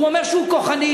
אומר שהוא כוחני.